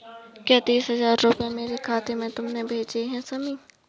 क्या तीस हजार रूपए मेरे खाते में तुमने भेजे है शमी?